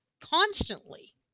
constantly